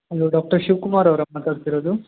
hello doctor Shivkumar ಅವರಾ ಮಾತಾಡ್ತಿರೋದು